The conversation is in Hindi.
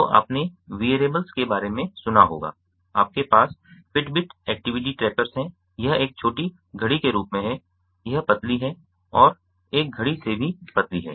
तो आपने वियरेबल्स के बारे में सुना होगा आपके पास फिटबिट एक्टिविटी ट्रैकर्स हैं यह एक छोटी घड़ी के रूप में है यह पतली है और एक घड़ी से भी पतली है